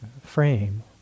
frame